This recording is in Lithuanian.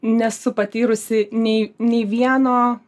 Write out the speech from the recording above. nesu patyrusi nei nei vieno